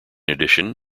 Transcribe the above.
addition